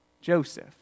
Joseph